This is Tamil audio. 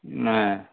ஆ